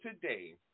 today